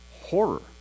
horror